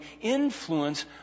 influence